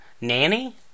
Nanny